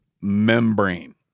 membrane